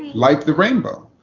like the rainbow.